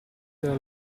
della